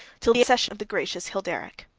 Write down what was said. till the accession of the gracious hilderic.